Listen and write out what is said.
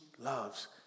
loves